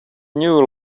new